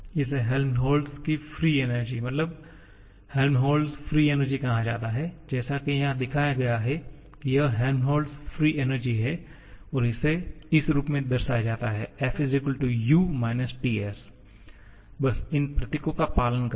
इसे Helmholtz free energy कहा जाता है जैसा कि यहां दिखाया गया है कि यह हेल्महोल्ट्ज फ्री एनर्जी है और इसे इस रूप में दर्शाया गया है F U −TS बस इन प्रतीकों का पालन करें